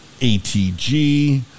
ATG